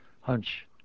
hunch